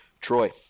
Troy